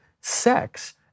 sex